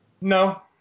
No